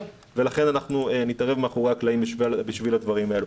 ולכן אנחנו נתערב מאחורי הקלעים בשביל הדברים האלה.